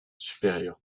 supérieure